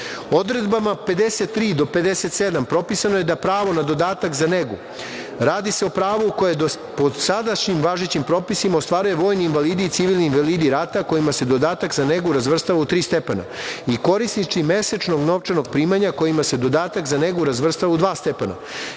porodica. Odredbama 53 do 57 propisano je da pravo na dodatak za negu, radi se o pravu koje po sadašnjim važećim propisima ostvaruju vojni invalidi i civilni invalidi rata kojima se dodatak za negu razvrstava u tri stepena i korisniku mesečnog novčanog primanja, kojima se dodatak za negu razvrstava u dva stepena. Iznos